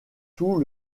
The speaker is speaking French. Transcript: tout